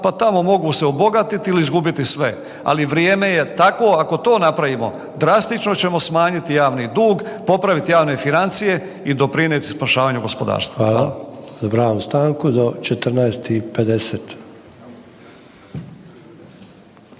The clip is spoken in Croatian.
pa tamo mogu se obogatiti ili izgubiti sve, ali vrijeme je tako. Ako to napravimo drastično ćemo smanjiti javni dug, popraviti javne financije i doprinijeti spašavanju gospodarstva. Hvala. **Sanader,